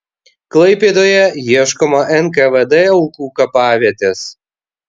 klaipėdoje ieškoma nkvd aukų kapavietės